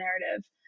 narrative